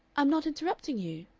i'm not interrupting you?